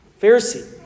Pharisee